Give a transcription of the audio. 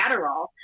Adderall